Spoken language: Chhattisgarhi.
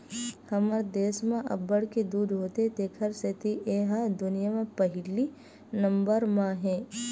हमर देस म अब्बड़ के दूद होथे तेखर सेती ए ह दुनिया म पहिली नंबर म हे